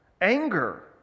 anger